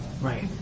right